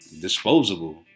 disposable